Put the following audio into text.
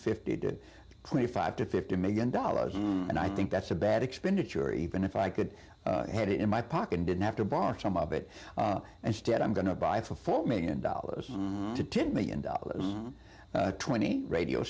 fifty did twenty five to fifty million dollars and i think that's a bad expenditure even if i could had it in my pocket and didn't have to borrow some of it and stead i'm going to buy it for four million dollars to ten million dollars twenty radio